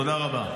תודה רבה.